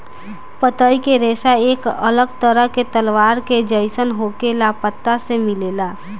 पतई के रेशा एक अलग तरह के तलवार के जइसन होखे वाला पत्ता से मिलेला